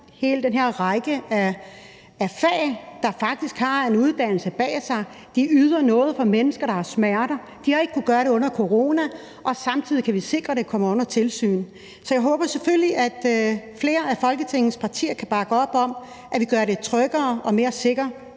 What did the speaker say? hele den her række af fagpersoner, der faktisk har en uddannelse bag sig. De yder noget for mennesker, der har smerter. De har ikke kunnet gøre det under coronaen. Samtidig kan vi sikre, at det kommer under tilsyn. Så jeg håber selvfølgelig, at flere af Folketingets partier kan bakke op om, at vi gør det tryggere og mere sikkert